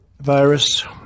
virus